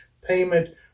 payment